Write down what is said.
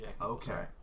Okay